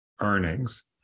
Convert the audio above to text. earnings